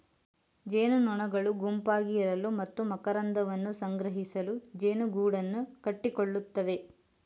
ಜೇನುನೊಣಗಳು ಗುಂಪಾಗಿ ಇರಲು ಮತ್ತು ಮಕರಂದವನ್ನು ಸಂಗ್ರಹಿಸಲು ಜೇನುಗೂಡನ್ನು ಕಟ್ಟಿಕೊಳ್ಳುತ್ತವೆ